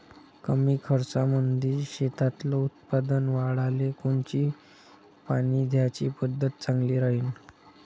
कमी खर्चामंदी शेतातलं उत्पादन वाढाले कोनची पानी द्याची पद्धत चांगली राहीन?